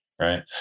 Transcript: right